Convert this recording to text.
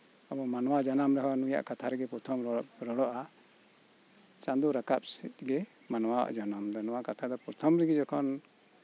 ᱟᱵᱩ ᱢᱟᱱᱣᱟ ᱡᱟᱱᱟᱢ ᱨᱮᱦᱚᱸ ᱱᱩᱭᱟᱜ ᱠᱟᱛᱷᱟᱨᱮᱜᱮ ᱯᱚᱨᱛᱷᱚᱢ ᱨᱚᱲᱚᱜᱼᱟ ᱪᱟᱸᱫᱳ ᱨᱟᱠᱟᱵ ᱥᱮᱫᱜᱮ ᱢᱟᱱᱣᱟ ᱡᱟᱱᱟᱢ ᱫᱚ ᱱᱚᱣᱟ ᱠᱟᱛᱷᱟ ᱫᱚ ᱯᱚᱨᱛᱷᱚᱢ ᱨᱮᱜᱮ ᱡᱚᱠᱷᱚᱱ